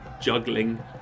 juggling